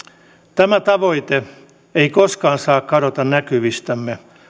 tämä tavoite ei koskaan saa kadota näkyvistämme